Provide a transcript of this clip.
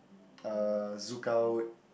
uh Zouk-Out